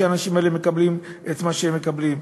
שהאנשים האלה מקבלים את מה שהם מקבלים.